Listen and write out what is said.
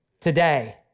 Today